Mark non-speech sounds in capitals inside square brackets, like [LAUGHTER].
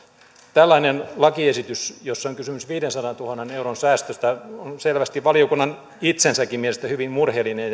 tällainen lakiesitys jossa on kysymys viidensadantuhannen euron säästöstä on selvästi valiokunnan itsensäkin mielestä hyvin murheellinen [UNINTELLIGIBLE]